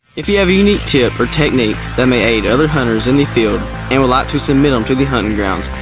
if you have a unique tip or technique that may aid other hunters in the field and would like to submit them to the huntin' grounds,